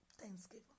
thanksgiving